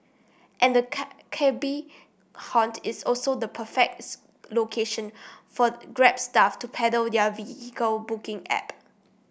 and the cabby haunt is also the perfects location for Grab staff to peddle their vehicle booking app